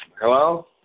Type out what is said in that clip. hello